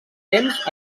temps